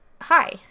hi